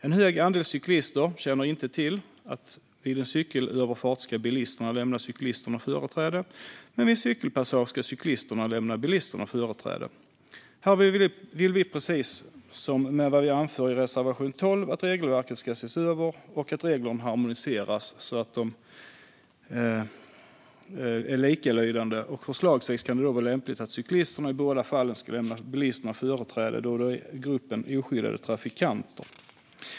En hög andel cyklister känner inte till att bilisterna ska lämna cyklisterna företräde vid en cykelöverfart men att cyklisterna ska lämna bilisterna företräde vid en cykelpassage. Här vill vi, precis som vi anför i reservation 12, att regelverket ska ses över och reglerna harmoniseras så att de blir likalydande. Förslagsvis kan det vara lämpligt att cyklisterna i båda fallen ska lämna bilisterna företräde då cyklister tillhör gruppen oskyddade trafikanter.